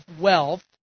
wealth